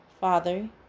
Father